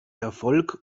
erfolg